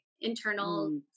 internal